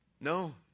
No